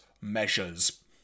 measures